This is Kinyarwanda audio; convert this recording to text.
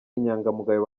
inyangamugayo